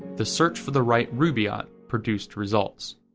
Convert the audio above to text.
the search for the right rubaiyat produced results.